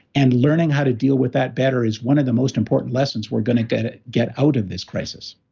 and learning how to deal with that better is one of the most important lessons we're going to get to get out of this crisis